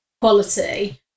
quality